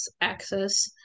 access